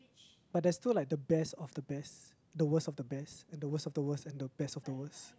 but there's still like the best of the best the worst of the best and the worst of the worst and the best of the worst